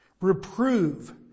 Reprove